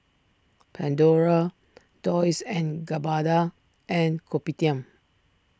Pandora Dolce and Gabbana and Kopitiam